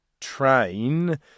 train